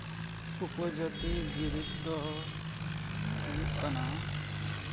ᱩᱯᱚᱡᱟᱹᱛᱤ ᱵᱤᱨᱤᱫ ᱫᱚ ᱦᱩᱭᱩᱜ ᱠᱟᱱᱟ